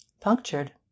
Punctured